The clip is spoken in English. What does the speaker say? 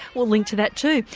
we'll link to that too.